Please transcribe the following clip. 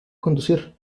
conducir